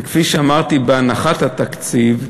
כפי שאמרתי בעת הנחת התקציב,